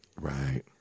Right